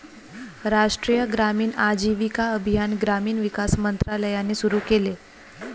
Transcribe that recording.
राष्ट्रीय ग्रामीण आजीविका अभियान ग्रामीण विकास मंत्रालयाने सुरू केले